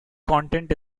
content